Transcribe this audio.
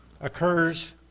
occurs